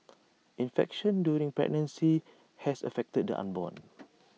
infection during pregnancy has affected the unborn